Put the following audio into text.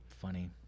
funny